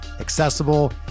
accessible